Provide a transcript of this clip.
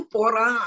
Pora